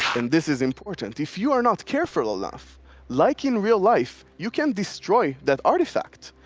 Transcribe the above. and this is important, if you are not careful enough, like in real life, you can't destroy that artifact.